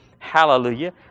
Hallelujah